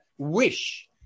wish